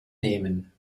nehmen